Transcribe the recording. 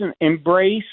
embrace